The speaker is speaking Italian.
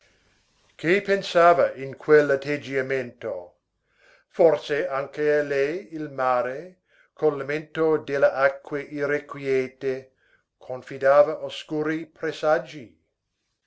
che pensava in quell'atteggiamento forse anche a lei il mare col lamento delle acque irrequiete confidava oscuri presagi